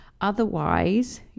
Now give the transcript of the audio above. Otherwise